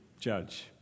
judge